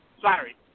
Sorry